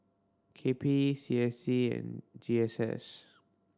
K P E C S C and G S S